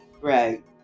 right